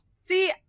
see